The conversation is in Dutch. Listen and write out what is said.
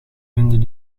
vinden